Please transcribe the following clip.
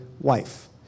wife